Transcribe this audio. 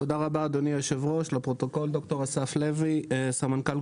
תודה רבה, אדוני היושב-ראש, תודה רבה על